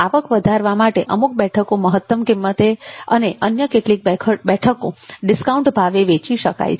આવક વધારવા માટે અમુક બેઠકો મહત્તમ કિંમતે અને અન્ય કેટલીક બેઠકો ડિસ્કાઉન્ટ ભાવે વેચી શકાય છે